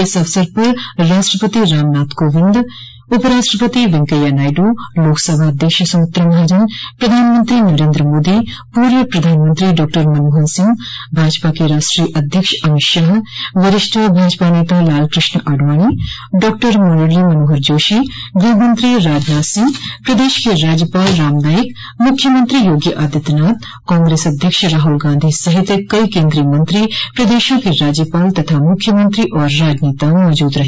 इस अवसर पर राष्ट्रपति रामनाथ कोविंद उपराष्ट्रपति वैंकैया नायडू लोकसभा अध्यक्ष सुमित्रा महाजन प्रधानमंत्री नरेन्द्र मोदी पूर्व प्रधानमंत्री डॉक्टर मनमोहन सिंह भाजपा के राष्ट्रीय अध्यक्ष अमित शाह वरिष्ठ भाजपा नेता लालकृष्ण आडवाणी डॉक्टर मुरली मनोहर जोशी गृह मंत्री राजनाथ सिंह प्रदेश के राज्यपाल राम नाईक मुख्यमंत्री योगी आदित्यनाथ कॉग्रेस अध्यक्ष राहुल गांधी सहित कई केन्द्रीय मंत्री प्रदेशों के राज्यपाल तथा मुख्यमंत्री और राजनेता मौजूद रहे